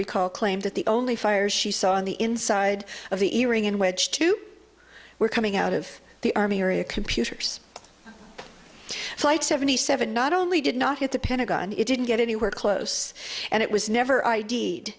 recall claimed that the only fires she saw on the inside of the ring in which two were coming out of the army area computers flight seventy seven not only did not hit the pentagon it didn't get anywhere close and it was never